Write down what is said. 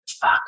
Fuck